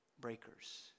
breakers